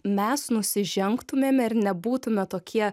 mes nusižengtumėme ir nebūtume tokie